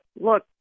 look